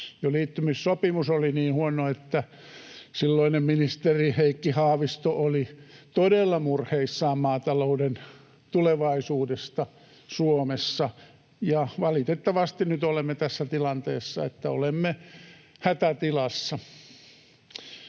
liittymissopimus oli niin huono, että silloinen ministeri Heikki Haavisto oli todella murheissaan maatalouden tulevaisuudesta Suomessa, ja valitettavasti nyt olemme tässä tilanteessa, että olemme hätätilassa.